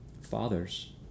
Fathers